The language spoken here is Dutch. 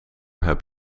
heb